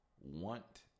want